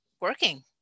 working